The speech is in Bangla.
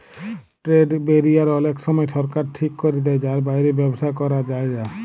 ট্রেড ব্যারিয়ার অলেক সময় সরকার ঠিক ক্যরে দেয় যার বাইরে ব্যবসা ক্যরা যায়লা